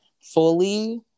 fully